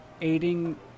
aiding